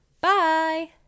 Bye